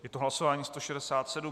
Je to hlasování 167.